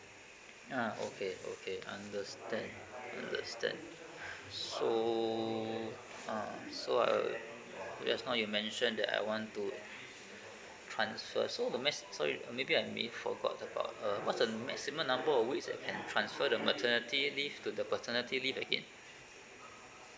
ah okay okay understand understand so ah so I just now you mentioned that I want to transfer so the max sorry maybe I may forgot about uh what's the maximum number of weeks I can transfer the maternity leave to the paternity leave again